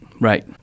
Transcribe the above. right